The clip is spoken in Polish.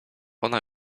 ona